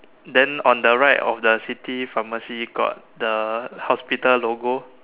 then on the right of the city pharmacy got the hospital logo